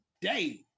day